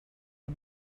you